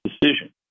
decision